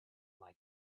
like